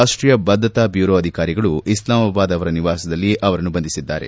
ರಾಷ್ಟೀಯ ಬದ್ಧತಾ ಬ್ಯೂರೊ ಅಧಿಕಾರಿಗಳು ಅಸ್ಲಾಮಾಬಾದ್ ಅವರ ನಿವಾಸದಲ್ಲಿ ಅವರನ್ನು ಬಂಧಿಸಿದ್ದಾರೆ